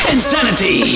Insanity